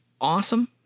awesome